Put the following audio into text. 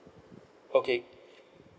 okay